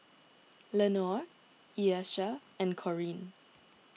Lenore Ieshia and Corine